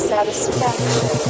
Satisfaction